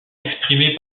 exprimé